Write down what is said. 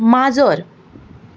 माजर